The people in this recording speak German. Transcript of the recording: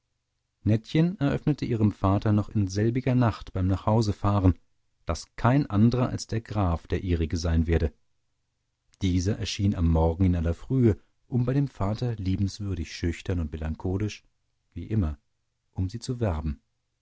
nettchen eröffnete ihrem vater noch in selbiger nacht beim nachhausefahren daß kein anderer als der graf der ihrige sein werde dieser erschien am morgen in aller frühe um bei dem vater liebenswürdig schüchtern und melancholisch wie immer um sie zu werben